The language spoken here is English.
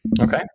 Okay